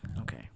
Okay